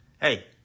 hey